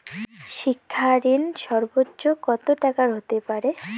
শিক্ষা ঋণ সর্বোচ্চ কত টাকার হতে পারে?